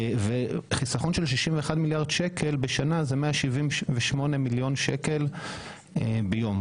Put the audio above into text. וחיסכון של 61 מיליארד שקלים בשנה זה 178 מיליון שקלים ביום.